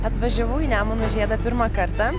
atvažiavau į nemuno žiedą pirmą kartą